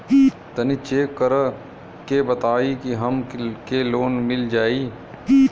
तनि चेक कर के बताई हम के लोन मिल जाई?